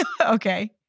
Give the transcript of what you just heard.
Okay